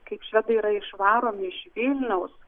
kaip švedai yra išvaromi iš vilniaus